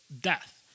death